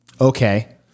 Okay